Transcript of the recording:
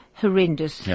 horrendous